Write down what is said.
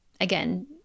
again